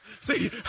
See